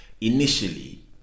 initially